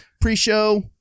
pre-show